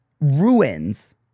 ruins